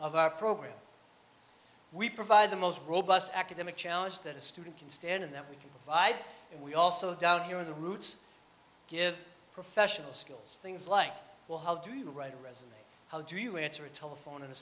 of our program we provide the most robust academic challenge that a student can stand and that we can provide we also down here at the roots give professional schools things like well how do you write a resume how do you answer a telephone in a